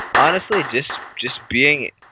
honestly just just being it